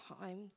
time